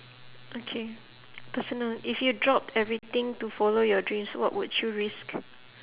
okay personal if you drop everything to follow your dreams what would you risk